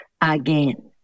again